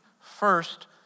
first